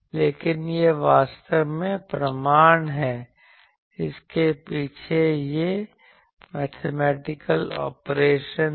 लेकिन यह वास्तव में प्रमाण है इसके पीछे यह मैथमेटिकल ऑपरेशन है